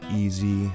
easy